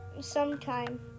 sometime